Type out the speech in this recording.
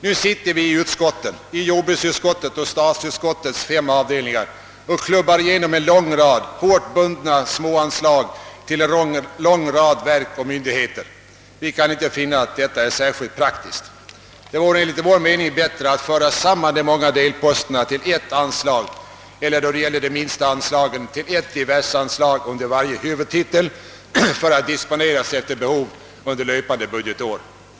Nu sitter vi i jordbruksutskottet och i statsutskottets fem avdelningar och kkibbar igenom en lång rad hårt bundna små anslag till en mängd verk och myndigheter. Vi kan inte finna att detta är särskilt praktiskt. Det vore enligt vår mening bättre att föra samman de många delposterna till ett anslag eller — då det gäller de minsta anslagen — till ett diverseanslag under varje huvudtitel för att disponeras efter behov under löpande budgetår.